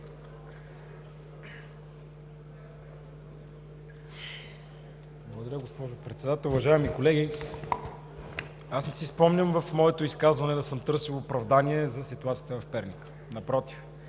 Благодаря госпожо Председател. Уважаеми колеги, не си спомням в моето изказване да съм търсил оправдание за ситуацията в Перник. Напротив!